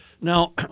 now